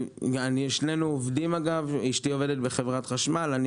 שנינו עובדים אשתי עובדת בחברת החשמל ואני